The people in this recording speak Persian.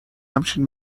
همچین